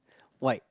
white